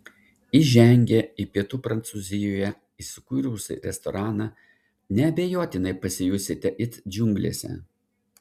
įžengę į pietų prancūzijoje įsikūrusį restoraną neabejotinai pasijusite it džiunglėse